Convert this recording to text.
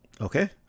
Okay